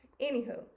anywho